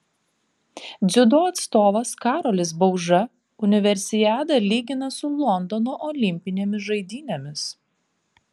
dziudo atstovas karolis bauža universiadą lygina su londono olimpinėmis žaidynėmis